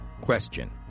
Question